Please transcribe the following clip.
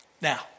Now